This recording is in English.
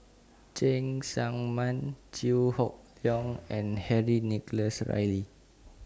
Cheng Tsang Man Chew Hock Leong and Henry Nicholas Ridley